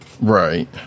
Right